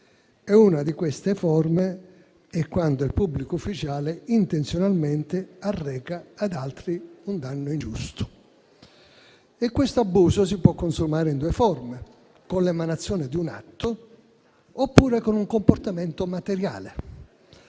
una di queste si ha quando il pubblico ufficiale intenzionalmente arreca ad altri un danno ingiusto. Tale abuso si può realizzare in due modalità: con l'emanazione di un atto oppure con un comportamento materiale.